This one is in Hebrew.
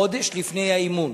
חודש לפני האימון